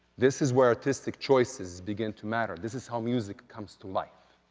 this is where artistic choices begin to matter this is how music comes to life.